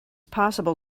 possible